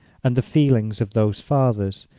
and the feelings of those fathers,